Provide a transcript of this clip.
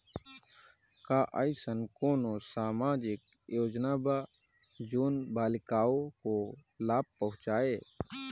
का अइसन कोनो सामाजिक योजना बा जोन बालिकाओं को लाभ पहुँचाए?